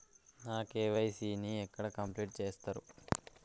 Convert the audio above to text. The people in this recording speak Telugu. నా కే.వై.సీ ని ఎక్కడ కంప్లీట్ చేస్తరు?